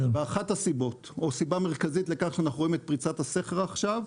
ואחת הסיבות או סיבה מרכזית לכך שאנחנו רואים את פריצת סכר עכשיו,